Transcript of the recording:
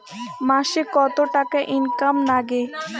মাসে কত টাকা ইনকাম নাগে?